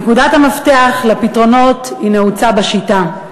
נקודת המפתח לפתרונות נעוצה בשיטה,